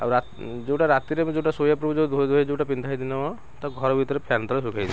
ଆଉ ରାତି ଯୋଉଟା ରାତିରେ ଯୋଉଟା ଶୋଇବା ପୁର୍ବରୁ ଯୋଉ ଧୋଇ ଧୋଇ ଯୋଉଟା ପିନ୍ଧେ ଦିନମାନ ତା'କୁ ଘର ଭିତରେ ଫ୍ୟାନ୍ ତଳେ ଶୁଖେଇଦିଏ